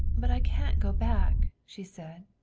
but i can't go back, she said.